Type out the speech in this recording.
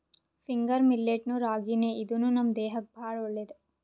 finger millet ನು ರಾಗಿನೇ ಇದೂನು ನಮ್ ದೇಹಕ್ಕ್ ಭಾಳ್ ಒಳ್ಳೇದ್